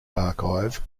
archive